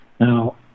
Now